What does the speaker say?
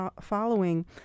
following